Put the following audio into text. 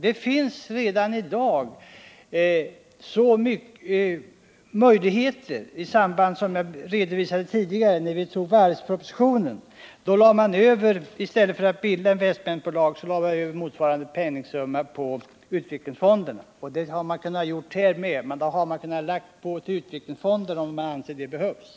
Som jag redovisade när vi diskuterade varvspropositionen finns det redan i dag möjligheter att i stället för att bilda investmertbolag lägga över motsvarande summa på utvecklingsfonderna. Om man nu anser att det behövs hade man även här kunnat lägga på utvecklingsfonderna beloppet i fråga.